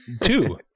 two